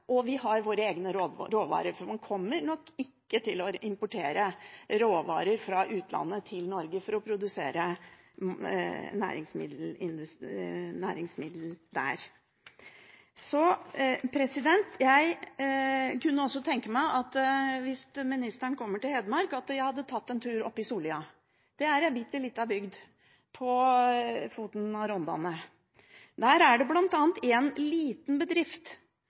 og har våre egne råvarer, for man kommer nok ikke til å importere råvarer fra utlandet for å produsere næringsmiddel i Norge. Jeg kunne også tenke meg, hvis ministeren kommer til Hedmark, at hun hadde tatt en tur opp i Sollia. Det er en bitte liten bygd ved foten av Rondane. Der er det bl.a. en liten bedrift